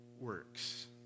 works